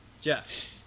Jeff